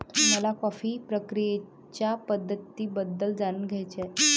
मला कॉफी प्रक्रियेच्या पद्धतींबद्दल जाणून घ्यायचे आहे